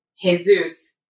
Jesus